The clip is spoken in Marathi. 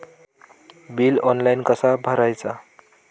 बिल ऑनलाइन कसा भरायचा?